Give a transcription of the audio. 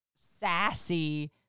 sassy